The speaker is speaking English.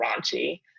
raunchy